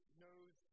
knows